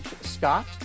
Scott